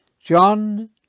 John